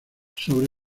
sobre